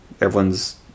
Everyone's